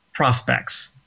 prospects